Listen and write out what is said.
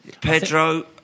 Pedro